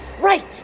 Right